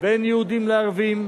בין יהודים לערבים,